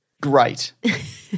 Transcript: Great